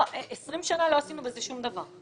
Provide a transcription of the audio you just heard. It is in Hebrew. כי אם זה 20 שנה אז לא עשינו שום דבר.